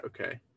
okay